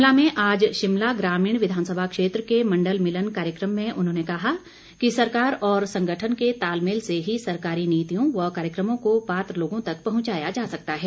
शिमला में आज शिमला ग्रामीण विधानसभा क्षेत्र के मण्डल मिलन कार्यक्रम में उन्होंने कहा कि सरकार और संगठन के तालमेल से ही सरकारी नीतियों व कार्यक्रमों को पात्र लोगों तक पहुंचाया जा सकता है